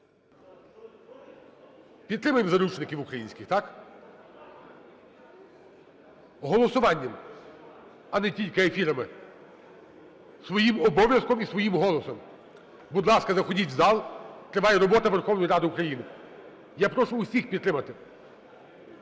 Підтримаємо заручників українських, так? Голосуванням, а не тільки ефірами, своїм обов'язком і своїм голосом. Будь ласка, заходіть в зал. Триває робота Верховної Ради України. Я прошу усіх підтримати.